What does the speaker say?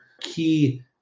key